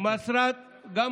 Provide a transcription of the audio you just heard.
ממשלה חסרת ניסיון.